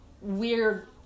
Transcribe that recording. weird